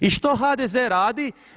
I što HDZ radi?